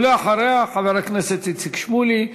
אחריה, חבר הכנסת איציק שמולי.